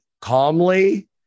calmly